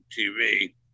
TV